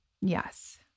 Yes